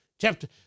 chapter